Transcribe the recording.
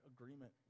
agreement